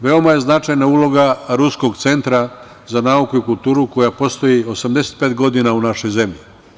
Veoma je značajna uloga Ruskog centra za nauku i kulturu koja postoji 85 godina u našoj zemlji.